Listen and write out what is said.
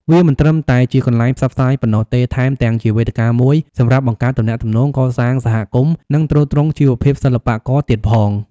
វាមិនត្រឹមតែជាកន្លែងផ្សព្វផ្សាយប៉ុណ្ណោះទេ ថែមទាំងជាវេទិកាមួយសម្រាប់បង្កើតទំនាក់ទំនង កសាងសហគមន៍ និងទ្រទ្រង់ជីវភាពសិល្បករទៀតផង។